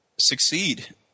succeed